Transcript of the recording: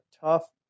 tough